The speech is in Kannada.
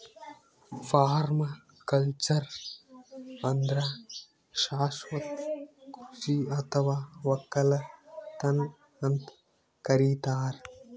ಪರ್ಮಾಕಲ್ಚರ್ ಅಂದ್ರ ಶಾಶ್ವತ್ ಕೃಷಿ ಅಥವಾ ವಕ್ಕಲತನ್ ಅಂತ್ ಕರಿತಾರ್